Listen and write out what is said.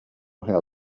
how